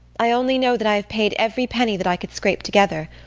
i only know that i have paid every penny that i could scrape together.